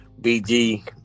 BG